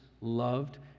loved